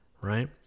right